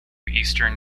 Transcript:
eastern